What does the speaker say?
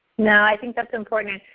no, i think that's important.